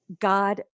God